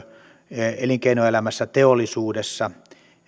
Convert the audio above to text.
elinkeinoelämässä teollisuudessa